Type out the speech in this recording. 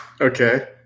Okay